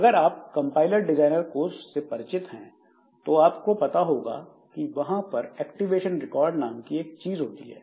अगर आप compiler design course से परिचित हैं तो आपको पता होगा कि वहां पर एक्टिवेशन रिकॉर्ड नाम की एक चीज होती है